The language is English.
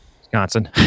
Wisconsin